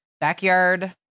backyard